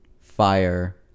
Fire